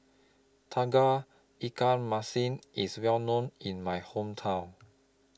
Tauge Ikan Masin IS Well known in My Hometown